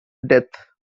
death